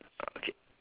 okay